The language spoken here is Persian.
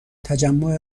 تجمع